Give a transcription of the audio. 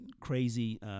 crazy –